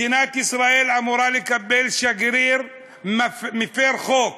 מדינת ישראל אמורה לקבל שגריר מפר חוק.